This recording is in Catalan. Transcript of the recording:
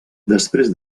després